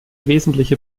wesentliche